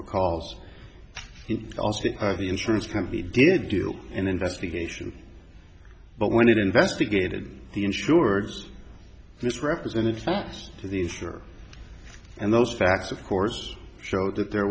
recalls also the insurance company did do an investigation but when it investigated the insureds misrepresented fast these are and those facts of course showed that there